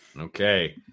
okay